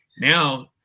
Now